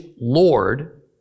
Lord